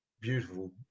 beautiful